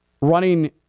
running